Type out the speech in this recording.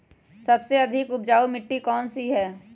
सबसे अधिक उपजाऊ मिट्टी कौन सी हैं?